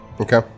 Okay